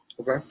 Okay